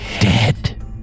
Dead